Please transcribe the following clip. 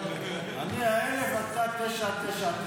אני ה-1,000 ואתה ה-999.